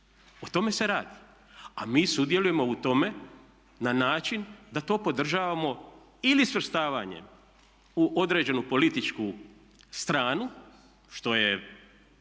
O tome se radi. A mi sudjelujemo u tome na način da to podržavamo ili svrstavanjem u određenu političku stranu što je